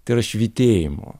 tai yra švytėjimo